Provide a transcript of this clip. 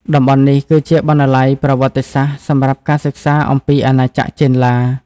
តំបន់នេះគឺជាបណ្ណាល័យប្រវត្តិសាស្ត្រសម្រាប់ការសិក្សាអំពីអាណាចក្រចេនឡា។